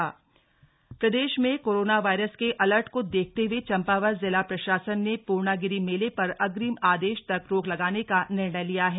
पूर्णागिरि मेला स्थगित प्रदेश में कोरोना वायरस के अलर्ट को देखते हुए चम्पावत जिला प्रशासन ने पूर्णागिरि मेले पर अग्रिम आदेश तक रोक लगाने का निर्णय लिया है